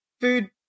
food